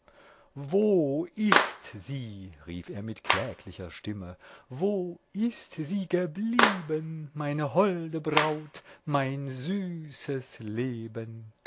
wo ist sie rief er mit kläglicher stimme wo ist sie geblieben meine holde braut mein süßes leben